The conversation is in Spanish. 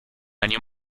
año